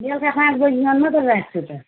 बेलुका पाँच बजीसम्म मात्र राख्छु त